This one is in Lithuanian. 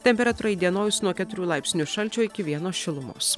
temperatūra įdienojus nuo keturių laipsnių šalčio iki vieno šilumos